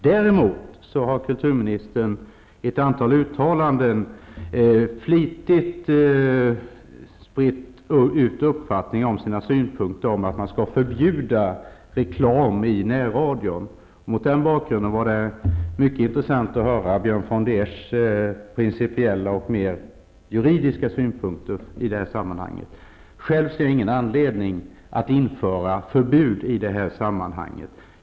Däremot har kulturministern i ett antal uttalanden flitigt spritt sin uppfattning, nämligen att man skall förbjuda reklam i närradion. Således var det mycket intressant att höra Björn von der Eschs principiella och mera juridiska synpunkter i detta sammanhang. Själv kan jag inte se att det finns någon anledning att införa förbud i det sammanhanget.